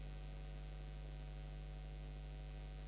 Hvala vam